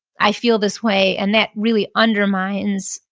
i feel this way, and that really undermines,